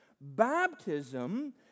Baptism